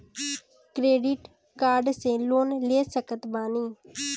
Credit card से loan ले सकत बानी?